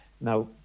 Now